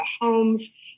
homes